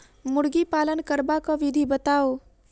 मुर्गी पालन करबाक विधि बताऊ?